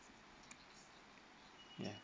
ya